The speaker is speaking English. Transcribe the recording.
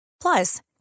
Plus